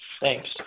Thanks